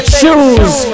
choose